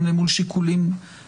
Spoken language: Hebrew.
גם אל מול שיקולים כלכליים.